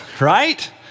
right